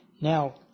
Now